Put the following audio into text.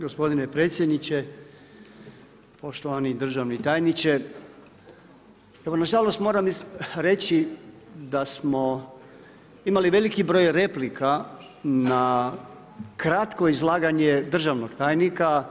Gospodine predsjedniče, poštovani državni tajniče evo na žalost moram reći da smo imali veliki broj replika na kratko izlaganje državnog tajnika.